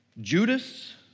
Judas